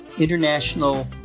international